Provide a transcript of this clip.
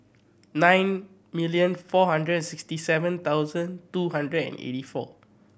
nine million four hundred and sixty seven thousand two hundred and eighty four